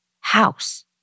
house